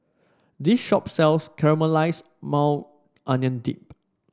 this shop sells Caramelized Maui Onion Dip